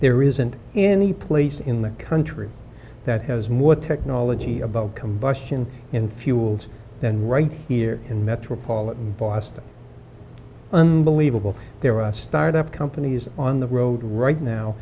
there isn't any place in the country that has more technology about combustion in fuels and right here in metropolitan boston unbelievable there are start up companies on the road right now